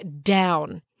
down